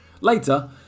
Later